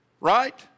right